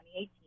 2018